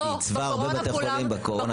וייצבה הרבה בתי חולים בקורונה.